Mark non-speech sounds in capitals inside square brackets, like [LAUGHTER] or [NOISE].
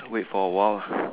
wait for a while lah [BREATH]